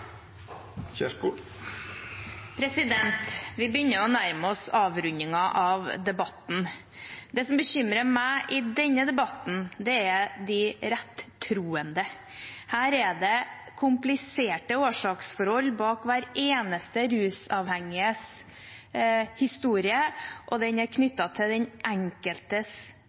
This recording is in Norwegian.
framover. Vi begynner å nærme oss avrundingen av debatten. Det som bekymrer meg i denne debatten, er de rettroende. Her er det kompliserte årsaksforhold bak hver eneste rusavhengiges historie, og den er knyttet til den enkeltes